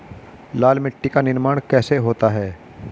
लाल मिट्टी का निर्माण कैसे होता है?